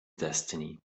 destiny